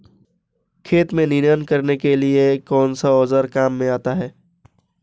खेत में निनाण करने के लिए कौनसा औज़ार काम में आता है?